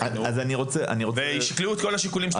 החינוך וישקלו את כל השיקולים שאתה אומר.